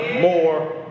more